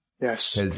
Yes